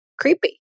creepy